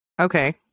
Okay